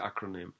acronym